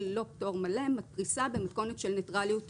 פטור מלא אלא פריסה במתכונת של ניטרליות טכנולוגית.